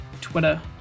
twitter